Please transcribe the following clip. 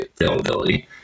availability